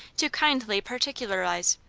to kindly particularize.